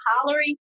hollering